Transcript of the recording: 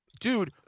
Dude